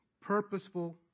purposeful